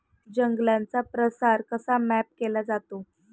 जंगलांचा प्रसार कसा मॅप केला जातो?